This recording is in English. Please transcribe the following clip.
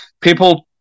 People